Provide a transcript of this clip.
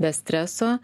be streso